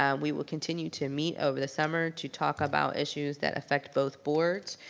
um we will continue to meet over the summer to talk about issues that affect both boards,